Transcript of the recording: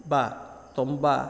ବା ତମ୍ବା